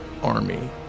army